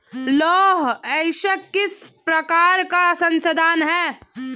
लौह अयस्क किस प्रकार का संसाधन है?